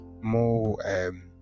more